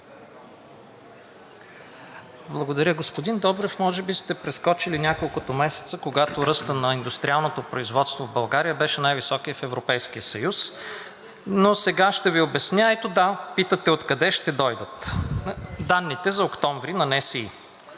Благодаря. Господин Добрев, може би сте прескочили няколкото месеца, когато ръстът на индустриалното производство в България беше най високият в Европейския съюз, но сега ще Ви обясня. Ето, да, питате откъде ще дойдат? Данните за октомври на НСИ.